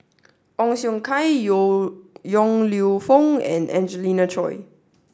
Ong Siong Kai Yong Lew Foong and Angelina Choy